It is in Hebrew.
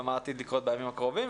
ומה עתיד לקרות בימים הקרובים,